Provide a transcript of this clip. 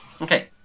Okay